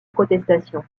protestation